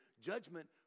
judgment